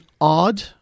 odd